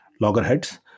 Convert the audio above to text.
loggerheads